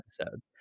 episodes